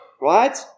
Right